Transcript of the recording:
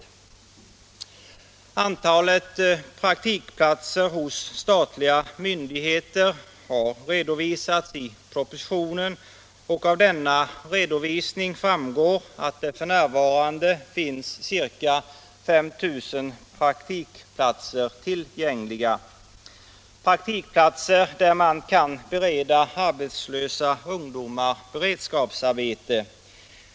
Antalet praktikplatser hos statliga myndigheter har redovisats i propositionen. Av denna redovisning framgår att det f.n. finns ca 5 000 praktikplatser tillgängliga, där man kan bereda arbetslösa ungdomar beredskapsarbete.